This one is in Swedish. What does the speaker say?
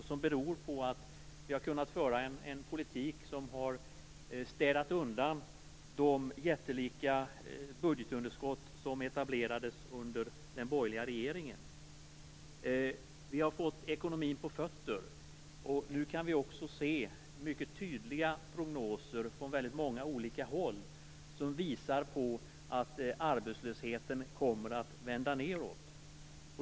Det beror på att vi har fört en politik som har städat undan det jättelika budgetunderskott som etablerades under den borgerliga regeringen. Vi har fått ekonomin på fötter. Nu kan vi se mycket tydliga prognoser från många olika håll som visar på att arbetslösheten kommer att vända nedåt.